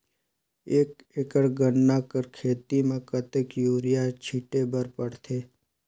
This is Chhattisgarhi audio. एक एकड़ गन्ना कर खेती म कतेक युरिया छिंटे बर पड़थे?